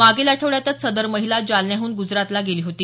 मागील आठवड्यातच सदर महिला जालन्याहून गुजरातला गेली होती